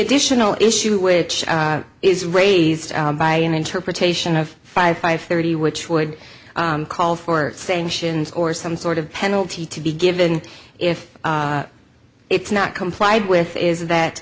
additional issue which is raised by an interpretation of five five thirty which would call for sanctions or some sort of penalty to be given if it's not complied with is that